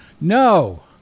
no